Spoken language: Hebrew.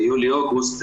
ביולי-אוגוסט,